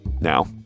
Now